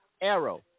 Arrow